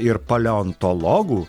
ir paleontologų